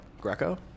Greco